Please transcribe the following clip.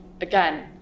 Again